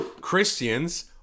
Christians